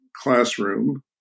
classroom